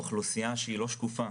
אוכלוסייה שהיא לא שקופה.